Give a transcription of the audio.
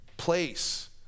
place